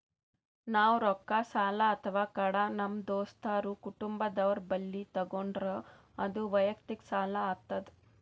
ನಾವ್ ರೊಕ್ಕ ಸಾಲ ಅಥವಾ ಕಡ ನಮ್ ದೋಸ್ತರು ಕುಟುಂಬದವ್ರು ಬಲ್ಲಿ ತಗೊಂಡ್ರ ಅದು ವಯಕ್ತಿಕ್ ಸಾಲ ಆತದ್